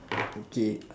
okay